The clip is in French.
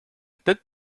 tête